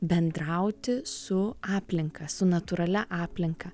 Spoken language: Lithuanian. bendrauti su aplinka su natūralia aplinka